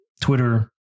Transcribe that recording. Twitter